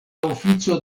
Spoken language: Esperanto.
ofico